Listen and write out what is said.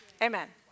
Amen